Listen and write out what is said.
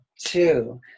two